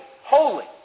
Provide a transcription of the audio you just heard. Holy